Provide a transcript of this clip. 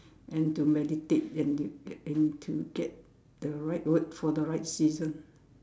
and to meditate and you and to get the right word for the right season